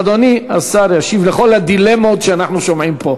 אדוני השר ישיב על כל הדילמות שאנחנו שומעים פה.